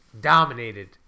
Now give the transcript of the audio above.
Dominated